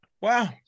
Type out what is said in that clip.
Wow